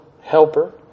helper